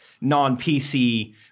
non-PC